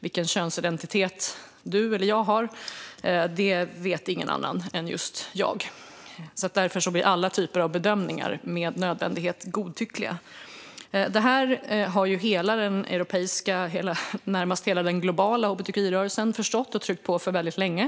Vilken könsidentitet du eller jag har vet ingen annan än vi själva, och därför blir alla typer av bedömningar med nödvändighet godtyckliga. Detta har hela den europeiska, och närmast hela den globala, hbtqi-rörelsen förstått och tryckt på för väldigt länge.